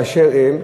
באשר הן,